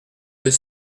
deux